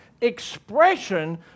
expression